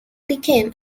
became